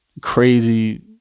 crazy